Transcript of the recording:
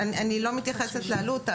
אני לא מתייחסת לעלות.